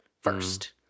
first